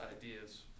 ideas